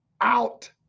out